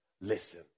listen